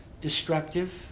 destructive